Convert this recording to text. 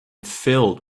filled